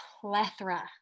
plethora